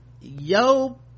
yo